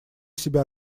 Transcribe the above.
себя